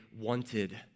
wanted